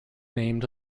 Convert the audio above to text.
named